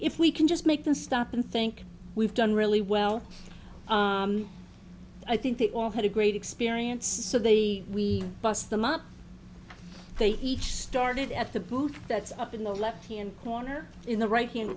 if we can just make them stop and think we've done really well i think they all had a great experience so the we bus them up they each started at the booth that's up in the left hand corner in the r